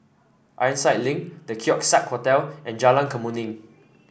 Ironside Link The Keong Saik Hotel and Jalan Kemuning